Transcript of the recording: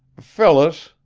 phyllis,